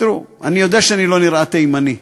תראו, אני יודע שאני לא נראה תימני.